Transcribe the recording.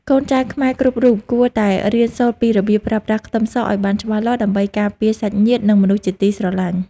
កូនចៅខ្មែរគ្រប់រូបគួរតែរៀនសូត្រពីរបៀបប្រើប្រាស់ខ្ទឹមសឱ្យបានច្បាស់លាស់ដើម្បីការពារសាច់ញាតិនិងមនុស្សជាទីស្រឡាញ់។